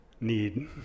need